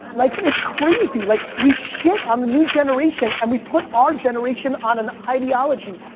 like it's crazy! like we shit on the new generation and we put our generation on an ideology.